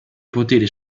potere